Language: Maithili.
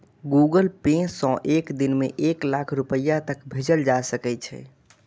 गूगल पे सं एक दिन मे एक लाख रुपैया तक भेजल जा सकै छै